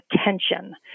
attention